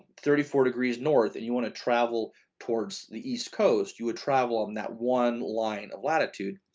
thirty four degrees north and you want to travel towards the east coast, you would travel on that one line of latitude.